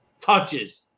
touches